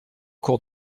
cours